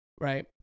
right